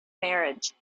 marriage